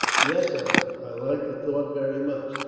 yes, uncle, i like the thought very much,